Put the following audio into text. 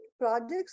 projects